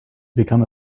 become